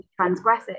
transgressive